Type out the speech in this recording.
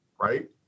Right